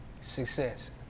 success